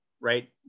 right